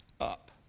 up